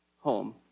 home